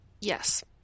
Yes